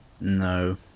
no